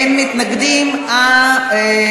40 חברי כנסת בעד, אין מתנגדים, אין נמנעים.